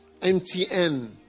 MTN